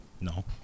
No